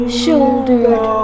shouldered